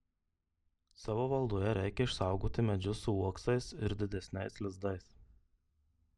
savo valdoje reikia išsaugoti medžius su uoksais ir didesniais lizdais